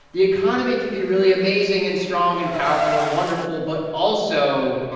the economy can be really amazing and strong and powerful and wonderful but also.